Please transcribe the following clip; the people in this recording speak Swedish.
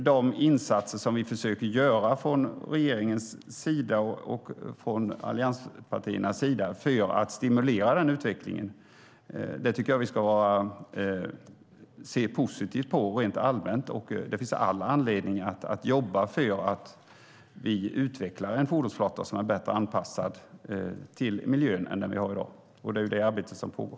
Vi försöker alltså göra insatser från regeringens och allianspartiernas sida för att stimulera denna utveckling. Det tycker jag att vi ska se positivt på rent allmänt, och det finns all anledning att jobba för att vi utvecklar en fordonsflotta som är bättre anpassad till miljön än den som vi har i dag. Det är detta arbete som pågår.